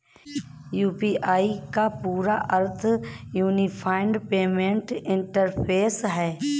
UPI का पूरा अर्थ यूनिफाइड पेमेंट इंटरफ़ेस है